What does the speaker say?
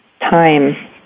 time